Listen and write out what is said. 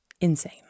insane